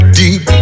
deep